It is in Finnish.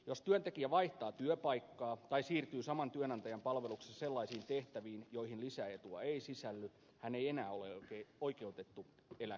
jos työntekijä vaihtaa työpaikkaa tai siirtyy saman työnantajan palveluksessa sellaisiin tehtäviin joihin lisäetua ei sisälly hän ei enää ole oikeutettu eläkkeeseen